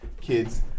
kids